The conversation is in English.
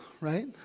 right